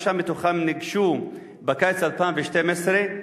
שישה מהם ניגשו בקיץ 2012,